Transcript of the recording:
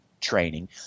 training